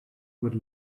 what